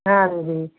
ਹਾਂਜੀ